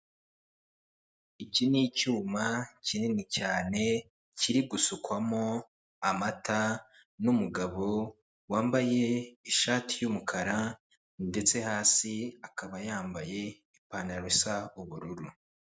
Iki ni icyuma kinini cyane, kiri gusukwamo amata n'umugabo wambaye ishati y'umukara, ndetse hasi akaba yambaye ipantaro isa ubururu.